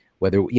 whether yeah